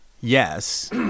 yes